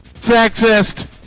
Sexist